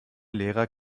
lehrer